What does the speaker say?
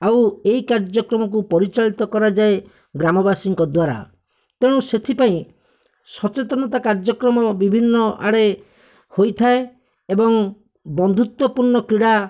ଆଉ ଏଇ କାର୍ଯ୍ୟକ୍ରମକୁ ପରିଚାଳିତ କରାଯାଏ ଗ୍ରାମବାସୀଙ୍କ ଦ୍ୱାରା ତେଣୁ ସେଥିପାଇଁ ସଚେତନତା କାର୍ଯ୍ୟକ୍ରମ ବିଭିନ୍ନ ଆଡ଼େ ହୋଇଥାଏ ଏବଂ ବନ୍ଧୁତ୍ୱ ପୂର୍ଣ୍ଣ କ୍ରିଡ଼ା